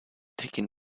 taken